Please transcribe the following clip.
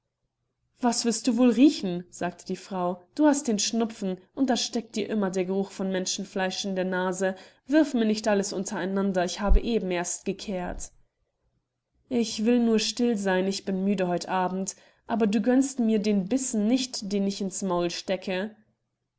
was wirst du wohl riechen sagte die frau du hast den schnupfen und da steckt dir immer der geruch von menschenfleisch in der nase wirf mir nicht alles untereinander ich habe eben erst gekehrt ich will nur still seyn ich bin müde heut abend aber du gönnst mir den bissen nicht den ich ins maul stecke